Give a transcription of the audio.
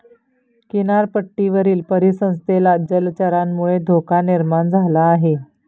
किनारपट्टीवरील परिसंस्थेला जलचरांमुळे धोका निर्माण झाला आहे